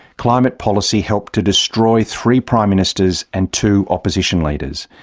climate policy helped to destroy three prime ministers and two opposition leaders,